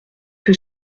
que